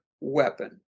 weapon